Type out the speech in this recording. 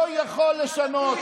לא יכול לשנות.